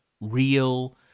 real